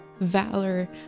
valor